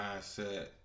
mindset